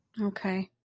Okay